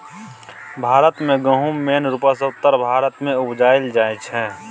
भारत मे गहुम मेन रुपसँ उत्तर भारत मे उपजाएल जाइ छै